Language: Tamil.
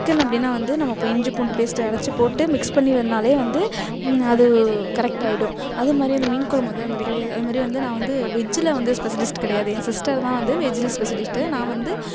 சிக்கன் அப்படினா வந்து நம்ம இஞ்சி பூண்டு பேஸ்டை அரைச்சிப் போட்டு மிக்ஸ் பண்ணினாலே வந்து அது கரெக்ட் ஆகிடும் அதே மாதிரி அந்த மீன் குழம்பு வந்து அந்த மாதிரி கிடையாது அது மாதிரி வந்து நான் வந்து வெஜில் வந்து ஸ்பெஷலிஸ்ட்டு கிடையாது என் சிஸ்டர் தான் வந்து வெஜில் ஸ்பெஷலிஸ்ட்டு நான் வந்து